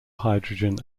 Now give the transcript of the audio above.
hydrogen